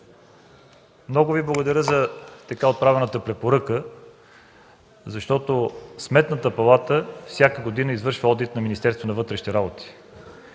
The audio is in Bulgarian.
много Ви благодаря за отправената препоръка. Сметната палата всяка година извършва одит и на Министерството на вътрешните работи.